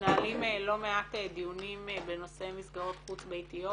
מתנהלים לא מעט דיונים בנושא מסגרות חוץ ביתיות.